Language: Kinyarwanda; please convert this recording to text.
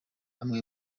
amwe